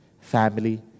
family